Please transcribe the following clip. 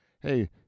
Hey